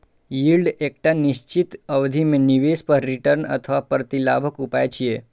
yield एकटा निश्चित अवधि मे निवेश पर रिटर्न अथवा प्रतिलाभक उपाय छियै